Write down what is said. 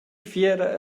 fiera